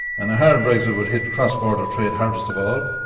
and a hard brexit would hit cross-border trade hardest of all.